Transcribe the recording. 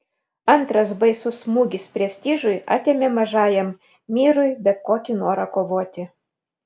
antras baisus smūgis prestižui atėmė mažajam myrui bet kokį norą kovoti